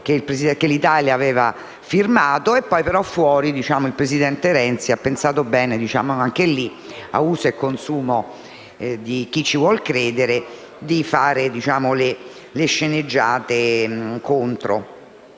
che l'Italia aveva firmato, ma fuori il presidente Renzi ha pensato bene, a uso e consumo di chi ci vuol credere, di fare le sceneggiate contro.